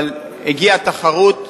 אבל הגיעה תחרות,